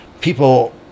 people